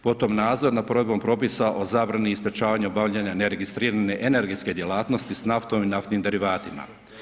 Potom, nadzor nad provedbom propisa o zabrani i sprječavanja obavljanju neregistrirane energetske djelatnosti s naftom i naftnim derivatima.